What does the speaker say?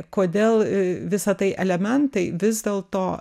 kodėl visa tai elementai vis dėlto